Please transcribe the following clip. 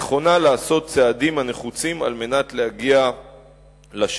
נכונה לעשות צעדים הנחוצים על מנת להגיע לשלום.